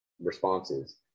responses